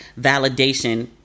validation